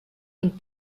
und